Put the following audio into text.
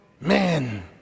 men